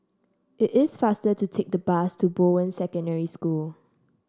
it is faster to take the bus to Bowen Secondary School